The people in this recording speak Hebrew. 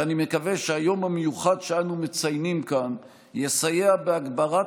ואני מקווה שהיום המיוחד שאנו מציינים כאן יסייע בהגברת